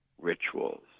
Rituals